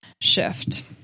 shift